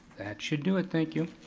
should do it, thank you.